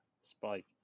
spike